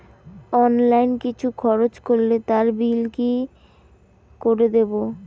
Online কিছু খরচ করলে তার বিল কি করে দেবো?